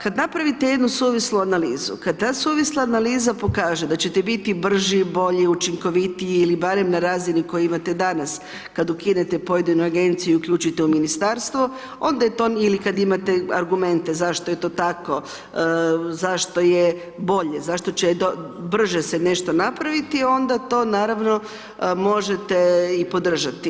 Kad napravite jednu suvislu analizu, kad ta suvisla analiza pokaže da će te biti brži, bolji, učinkovitiji ili barem na razini koju imate danas kad ukinete pojedinu Agenciju i uključite u Ministarstvo, onda je to, ili kad imate argumente zašto je to tako, zašto je bolje, zašto će brže se nešto napraviti, onda to naravno možete i podržati.